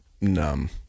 numb